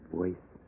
voice